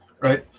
right